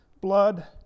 blood